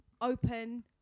open